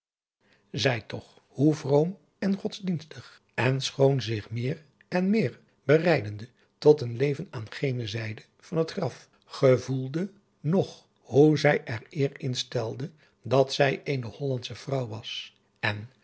zij toch hoe vroom en godsdienstig en schoon zich meer en meer bereidende tot een leven aan gene zijde van het graf gevoelde nog hoe zij er eer in stelde dat zij eene hollandsche vrouw was en